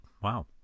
Wow